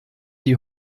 die